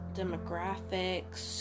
demographics